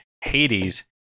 Hades